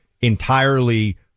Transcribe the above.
entirely